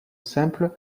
simple